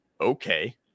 Okay